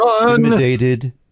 intimidated